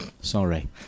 sorry